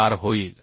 4 होईल